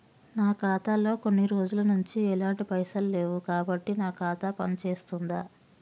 నా ఖాతా లో కొన్ని రోజుల నుంచి ఎలాంటి పైసలు లేవు కాబట్టి నా ఖాతా పని చేస్తుందా?